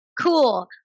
cool